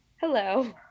Hello